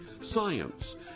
science